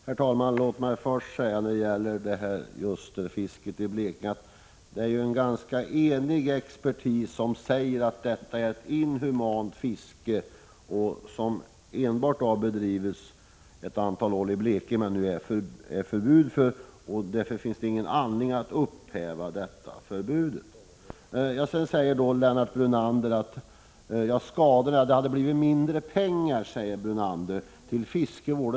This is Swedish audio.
Herr talman! När det gäller ljusterfisket i Blekinge säger en ganska enig expertis att detta är ett inhumant fiske, som enbart har bedrivits ett antal år i Blekinge men nu är förbjudet. Det finns därför ingen anledning att upphäva detta förbud. Lennart Brunander säger att det ges mindre pengar till fiskevård.